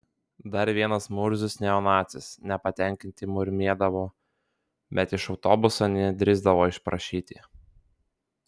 dar vienas murzius neonacis nepatenkinti murmėdavo bet iš autobuso nedrįsdavo išprašyti